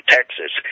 Texas